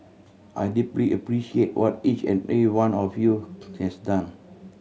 I deeply appreciate what each and every one of you has done